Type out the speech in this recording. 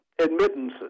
admittances